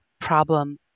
problem